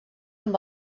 amb